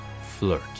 flirt